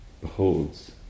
beholds